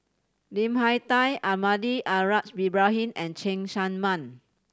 Lim Hak Tai Almahdi Al Haj Ibrahim and Cheng Tsang Man